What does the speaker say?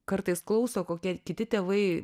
kartais klauso kokie kiti tėvai